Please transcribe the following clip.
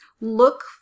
Look